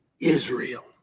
Israel